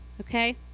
okay